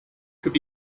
could